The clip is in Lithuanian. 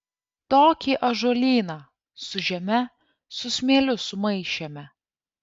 tokį ąžuolyną su žeme su smėliu sumaišėme